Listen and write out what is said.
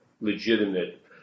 legitimate